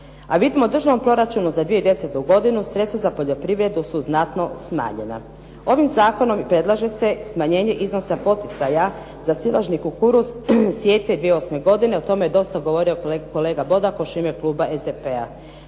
A vidimo u Državnom proračunu za 2010. godinu sredstva za poljoprivredu su znatno smanjena. Ovim zakonom predlaže se smanjenje iznosa poticaja za silažnji kukuruz sjetve 2008. godine o tome je dosta govorio kolega Bodakoš u ime kluba SDP-a.